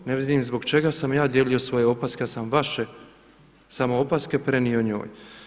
Ne vidim zbog čega sam ja dijelio svoje opaske, ja sam vaše samo opaske prenio njoj.